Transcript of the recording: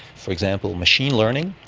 for example, machine learning.